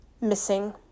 missing